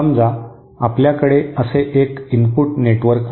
समजा आपल्याकडे असे एक इनपुट नेटवर्क आहे